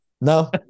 No